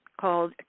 called